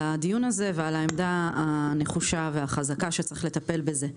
הדיון ועל העמדה הנחושה והחזקה שצריך לטפל בזה.